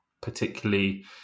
particularly